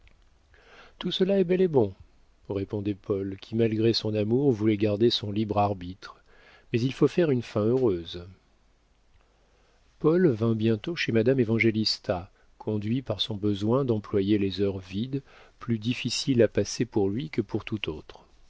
tout cela est bel et bon répondait paul qui malgré son amour voulait garder son libre arbitre mais il faut faire une fin heureuse paul vint bientôt chez madame évangélista conduit par son besoin d'employer les heures vides plus difficiles à passer pour lui que pour tout autre